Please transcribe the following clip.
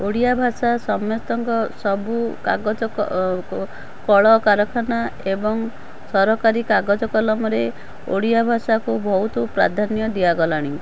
ଓଡ଼ିଆ ଭାଷା ସମସ୍ତଙ୍କ ସବୁ କାଗଜ କଳକାରଖାନା ଏବଂ ସରକାରୀ କାଗଜ କଲମରେ ଓଡ଼ିଆ ଭାଷାକୁ ବହୁତ ପ୍ରାଧାନ୍ୟ ଦିଆଗଲାଣି